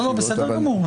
בסדר גמור.